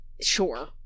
Sure